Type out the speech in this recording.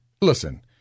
listen